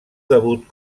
debut